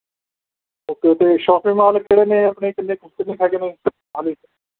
okay ਅਤੇ shopping mall ਕਿਹੜੇ ਨੇ ਆਪਣੇ ਕਿੰਨੇ ਕੁ ਕਿੰਨੇ ਕੁ ਹੈਗੇ ਨੇ ਮੋਹਾਲੀ 'ਚ